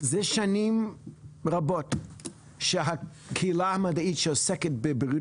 זה שנים רבות שהקהילה המדעית שעוסקת בבריאות